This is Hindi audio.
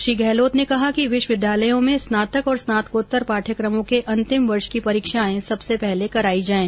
श्री गहलोत ने कहा कि विश्वविद्यालयों में स्नातक और स्नातकोत्तर पाठ्यक्रमों के अन्तिम वर्ष की परीक्षाएं सबसे पहले कराई जाएं